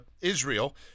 Israel